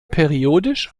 periodisch